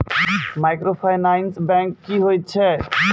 Microfinance bank की होय छै?